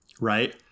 right